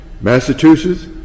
Massachusetts